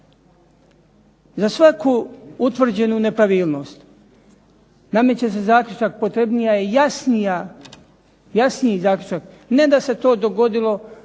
Za svaku utvrđenu nepravilnost nameće se zaključak, potrebniji i jasniji zaključak ne da se to dogodilo